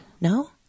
No